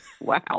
Wow